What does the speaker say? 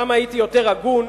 גם הייתי יותר הגון,